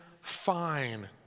fine